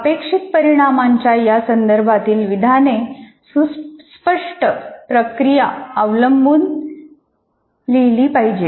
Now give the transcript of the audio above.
अपेक्षित परिणामांच्या या संदर्भातील विधाने सुस्पष्ट प्रक्रिया अवलंबून लिहिली पाहिजेत